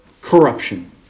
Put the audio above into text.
corruption